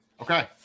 Okay